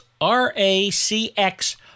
R-A-C-X